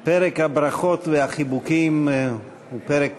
חברים, פרק הברכות והחיבוקים הוא פרק קצר.